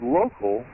local